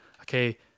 okay